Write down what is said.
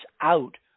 out